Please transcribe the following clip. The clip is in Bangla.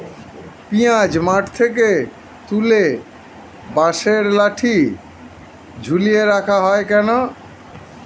পিঁয়াজ মাঠ থেকে তুলে বাঁশের লাঠি ঝুলিয়ে রাখা হয় কেন?